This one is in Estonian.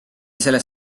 selle